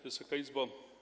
Wysoka Izbo!